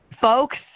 Folks